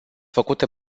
făcute